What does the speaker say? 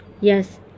Yes